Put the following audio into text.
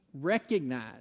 recognize